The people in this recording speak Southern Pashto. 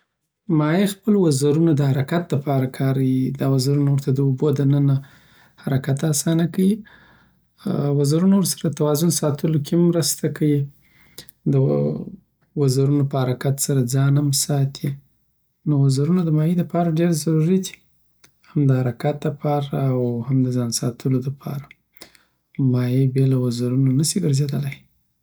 ماهی خپل وزرونه د حرکت دپاره کاریی. دا وزرونه ورته د اوبو دننه حرکت اسانه کیی. وزرونه ورسره د توازن ساتلوکی هم مرسته کیی. د وزرونو په حرکت سره ځان هم ساتی. نو وزرونه د ماهی دپاره ډېر ضروري دي، هم دحرکت دپاره او هم د ځان ساتلو د پاره. ماهی بې له وزرونو نه شي ګرځېدلای.